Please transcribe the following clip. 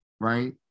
right